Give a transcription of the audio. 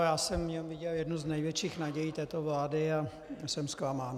Já jsem v něm viděl jednu z největších nadějí této vlády a jsem zklamán.